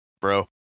bro